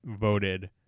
voted